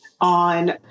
on